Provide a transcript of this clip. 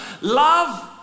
love